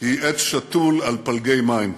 היא עץ שתול על פלגי מים,